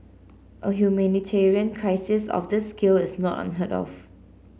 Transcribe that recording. a humanitarian crisis of this scale is not unheard of